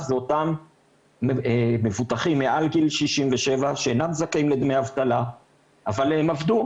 זה אותם מבוטחים מעל גיל 67 שאינם זכאים לדמי אבטלה אבל הם עבדו,